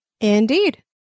Indeed